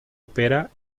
opera